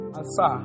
asa